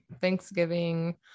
Thanksgiving